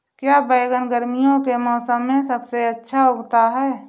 क्या बैगन गर्मियों के मौसम में सबसे अच्छा उगता है?